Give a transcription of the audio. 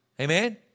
Amen